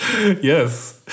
Yes